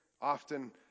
often